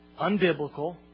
unbiblical